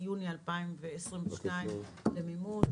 ביוני 2022 למימוש.